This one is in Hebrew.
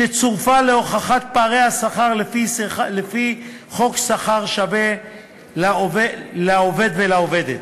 שצורפה להוכחת פערי השכר לפי חוק שכר שווה לעובד ולעובדת.